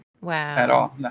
wow